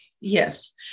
Yes